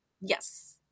Yes